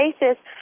basis